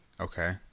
Okay